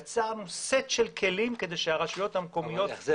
יצרנו סט של כלים כדי שהרשויות המקומיות --- איך זה